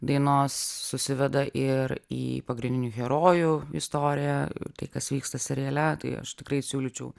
dainos susiveda ir į pagrindinių herojų istoriją tai kas vyksta seriale tai aš tikrai siūlyčiau